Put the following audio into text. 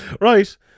right